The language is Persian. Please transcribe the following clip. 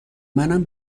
منم